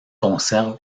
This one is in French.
conserve